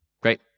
Great